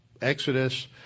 Exodus